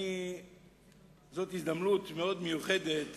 זאת הזדמנות מאוד מיוחדת